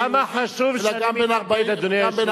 אלא גם בין ערבים לערבים.